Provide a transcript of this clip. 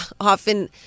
often